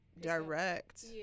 direct